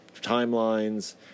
timelines